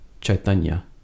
chaitanya